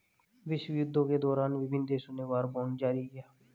विश्वयुद्धों के दौरान विभिन्न देशों ने वॉर बॉन्ड जारी किया